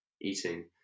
eating